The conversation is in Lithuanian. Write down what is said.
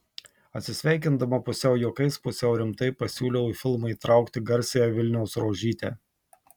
atsisveikindama pusiau juokais pusiau rimtai pasiūlau į filmą įtraukti garsiąją vilniaus rožytę